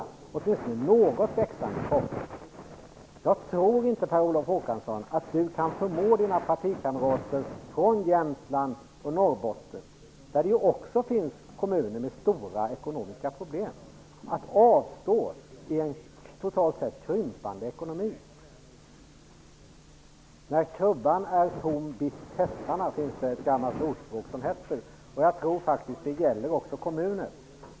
Tror inte Per Olof Håkansson att han kan förmå sina partikamrater från Jämtland och Norrbotten, där det ju också finns kommuner med stora ekonomiska problem, att avstå i en totalt sett krympande ekonomi. När krubban är tom bits hästarna, lyder ett gammalt ordspråk. Jag tror faktiskt att detta gäller även kommuner.